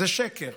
זה שקר,